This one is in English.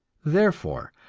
therefore,